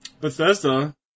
Bethesda